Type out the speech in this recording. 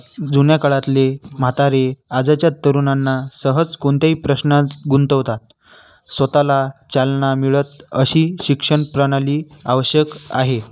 जुन्या काळातले म्हातारे आजच्या तरुणांना सहज कोणत्याही प्रश्नात गुंतवतात स्वत ला चालना मिळत अशी शिक्षणप्रणाली आवश्यक आहे